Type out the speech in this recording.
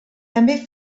també